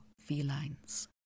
felines